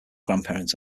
grandparents